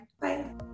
bye